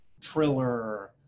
Triller